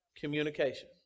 communication